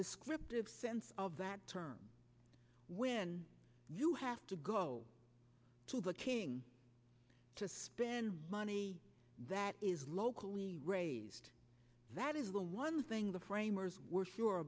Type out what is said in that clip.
descriptive sense of that term when you have to go to the king to spend money that is locally raised that is the one thing the framers were s